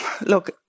look